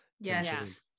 yes